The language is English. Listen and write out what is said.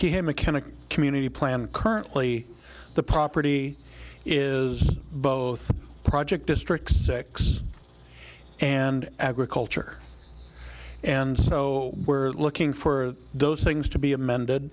y him mechanic community plan currently the property is both project district six and agriculture and so we're looking for those things to be amended